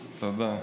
תודה.